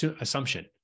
assumption